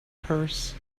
purse